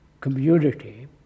community